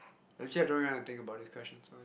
actually I don't really want to think about these question so